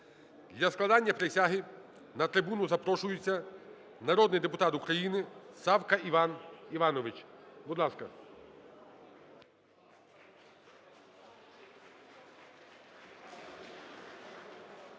Для складення присяги на трибуну запрошується народний депутат України Савка Іван Іванович. Будь ласка.